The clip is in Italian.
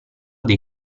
dei